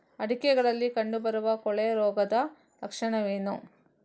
ಅಡಿಕೆಗಳಲ್ಲಿ ಕಂಡುಬರುವ ಕೊಳೆ ರೋಗದ ಲಕ್ಷಣವೇನು?